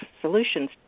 solutions